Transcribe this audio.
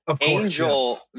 Angel